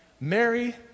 Mary